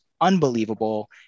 unbelievable